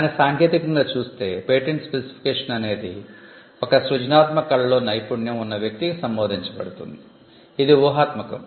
కాని సాంకేతికంగా చూస్తే పేటెంట్ స్పెసిఫికేషన్ అనేది ఒక సృజనాత్మక కళలో నైపుణ్యం ఉన్న వ్యక్తికి సంబోధించబడుతుంది ఇది ఊహాత్మకం